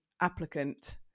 applicant